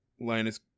Linus